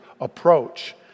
approach